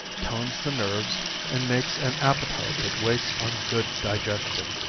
tones the nerves and makes an appetite that waits on good digestion.